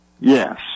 Yes